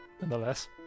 nonetheless